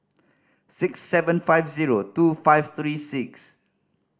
six seven five zero two five three six